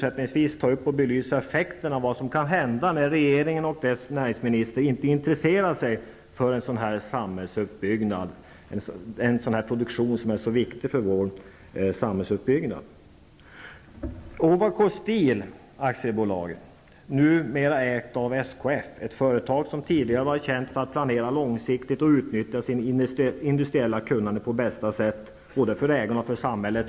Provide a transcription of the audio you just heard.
Jag skall senare här belysa effekterna av det som kan hända när regeringen och dess näringsminister inte intresserar sig för en produktion som är så viktig för vår samhällsuppbyggnad. Ovako Steel AB, numera ägt av SKF, är ett företag som tidigare var känt för sin långsiktiga planering och för att det utnyttjar sitt industriella kunnande på bästa sätt -- både för ägarna och för samhället.